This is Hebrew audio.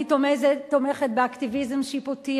אני תומכת באקטיביזם שיפוטי.